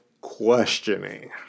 questioning